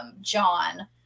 John